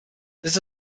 this